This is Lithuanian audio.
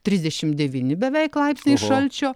trisdešim devyni beveik laipsniai šalčio